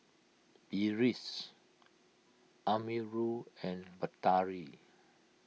Deris Amirul and Batari